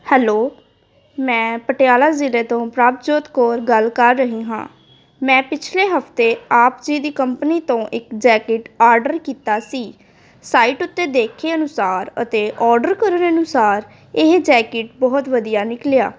hello ਮੈਂ ਪਟਿਆਲਾ ਜ਼ਿਲ੍ਹੇ ਤੋਂ ਪ੍ਰਭਜੋਤ ਕੌਰ ਗੱਲ ਕਰ ਰਹੀ ਹਾਂ ਮੈਂ ਪਿਛਲੇ ਹਫਤੇ ਆਪ ਜੀ ਦੀ ਕੰਪਨੀ ਤੋਂ ਇੱਕ ਜੈਕਟ ਆਡਰ ਕੀਤਾ ਸੀ ਸਾਈਟ ਉੱਤੇ ਦੇਖੇ ਅਨੁਸਾਰ ਅਤੇ ਔਡਰ ਕਰਨ ਅਨੁਸਾਰ ਇਹ ਜੈਕਿਟ ਬਹੁਤ ਵਧੀਆ ਨਿਕਲਿਆ